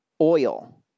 Oil